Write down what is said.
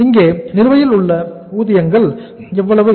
இங்கே நிலுவையில் உள்ள ஊதியங்கள் எவ்வளவு